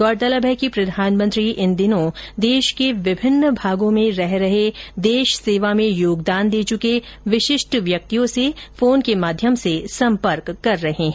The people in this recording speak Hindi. गौरतलब है कि प्रधानमंत्री नरेन्द्र मोदी इन दिनों देश के विभिन्न भागों में रह रहे देश सेवा में योगदान दे चुके विशिष्ट व्यक्तियों से फोन के माध्यम से सम्पर्क कर रहे हैं